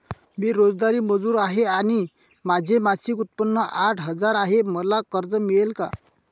मी रोजंदारी मजूर आहे आणि माझे मासिक उत्त्पन्न आठ हजार आहे, मला कर्ज मिळेल का?